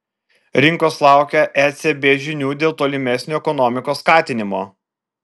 rinkos laukia ecb žinių dėl tolimesnio ekonomikos skatinimo